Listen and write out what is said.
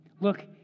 look